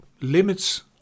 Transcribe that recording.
limits